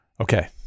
Okay